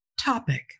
topic